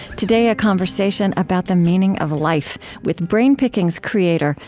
today, a conversation about the meaning of life with brain pickings creator,